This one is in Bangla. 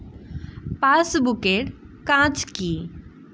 পাশবুক এর কাজ কি?